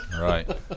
Right